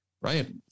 right